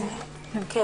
כן.